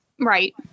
Right